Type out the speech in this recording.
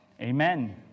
Amen